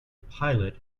pilot